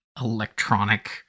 electronic